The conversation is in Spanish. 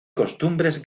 costumbres